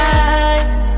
eyes